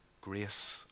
grace